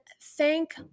thank